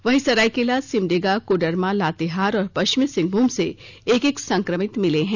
वहीं सरायकेला सिमडेगा कोडरमा लातेहार और पश्चिमी सिंहभूम से एक एक संक्रमित मिले हैं